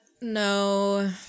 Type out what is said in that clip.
No